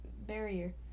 barrier